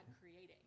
creating